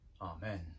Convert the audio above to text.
Amen